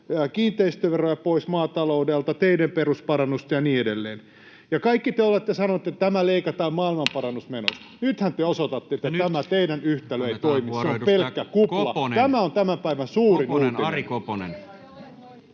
kiinteistöveroja pois maataloudelta, teiden perusparannusta ja niin edelleen. Kaikesta olette sanoneet, että tämä leikataan maailmanparannusmenoista. Nythän te osoitatte, että tämä teidän yhtälönne ei toimi. Se on pelkkä kupla. Tämä on tämän päivän suurin uutinen.